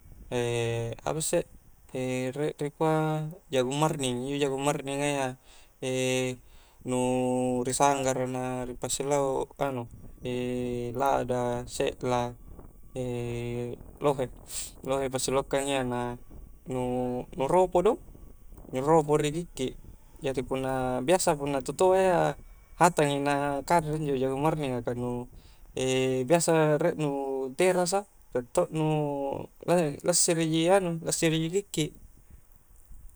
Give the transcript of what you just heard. E' apa isse' e' re' dikua' jagung marning, injo' jagung marninga ya l, e' nu' risanggara' na pasi' bau' anu' e' lada, se'la, e' lohe' lohe' pasilaukkang' ya na, nu nu' roko do, nyu' roko' ri kikki', jadi punna biasa punna tu' toa' ya hatangi na kanre injo' jagung marninga' kah nu', e'biasa re'nu terasa re' to'nu la lassiri' ji anu, lassiriji kikki'